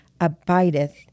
abideth